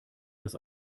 das